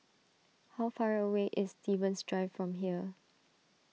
how far away is Stevens Drive from here